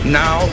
now